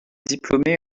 diplômé